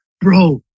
bro